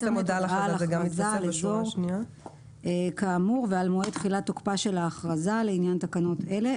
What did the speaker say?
אזור כאמור ועל מועד תחילת תוקפה של ההכרזה לעניין תקנות אלה,